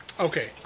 Okay